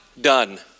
done